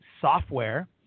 software